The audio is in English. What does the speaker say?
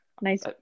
Nice